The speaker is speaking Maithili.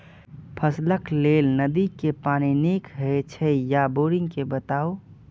फसलक लेल नदी के पानी नीक हे छै या बोरिंग के बताऊ?